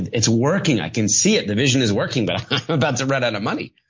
it's working. i can see it. the vision is working but i'm about to run out of money.